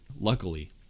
Luckily